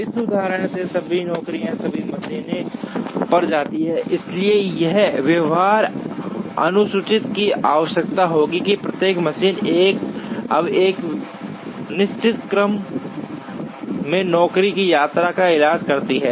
इस उदाहरण में सभी नौकरियां सभी मशीनों पर जाती हैं इसलिए एक व्यवहार्य अनुसूची की आवश्यकता होगी कि प्रत्येक मशीन अब एक निश्चित क्रम में नौकरी की यात्रा का इलाज करती है